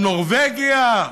על נורבגיה?